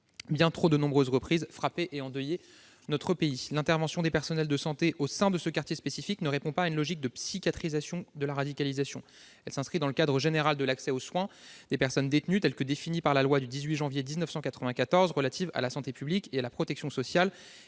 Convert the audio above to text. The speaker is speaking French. bien trop nombreuses reprises, frappé et endeuillé notre pays. L'intervention des personnels de santé au sein de ce quartier spécifique ne répond pas à une logique de psychiatrisation de la radicalisation. Elle s'inscrit dans le cadre général de l'accès aux soins des personnes détenues, tel que le définit la loi du 18 janvier 1994 relative à la santé publique et à la protection sociale,